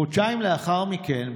חודשיים לאחר מכן,